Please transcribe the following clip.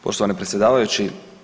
Poštovani predsjedavajući.